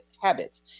habits